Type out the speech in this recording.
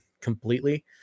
completely